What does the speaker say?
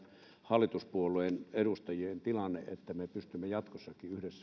hallituspuolueiden edustajien tilanne että me pystymme jatkossakin yhdessä